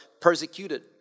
persecuted